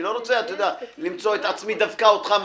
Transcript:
אני לא רוצה למצוא את עצמי דווקא אותך מוציא.